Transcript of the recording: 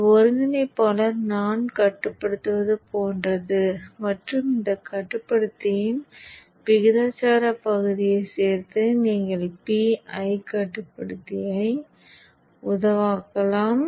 இந்த ஒருங்கிணைப்பாளர் நான் கட்டுப்படுத்துவது போன்றது மற்றும் இந்த கட்டுப்படுத்தியின் விகிதாசார பகுதியையும் சேர்த்து நீங்கள் PI கட்டுப்படுத்தியை உருவாக்கலாம்